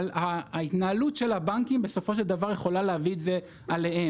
אבל ההתנהלות של הבנקים בסופו של דבר יכולה להביא את זה עליהם.